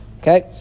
Okay